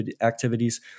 activities